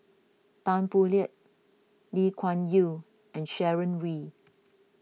Tan Boo Liat Lee Kuan Yew and Sharon Wee